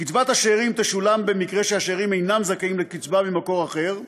קצבת השאירים תשולם במקרה שהשאירים אינם זכאים לקצבה ממקור אחר,